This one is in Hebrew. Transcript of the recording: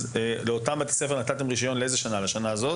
לאיזו שנה נתתם להם רישיון?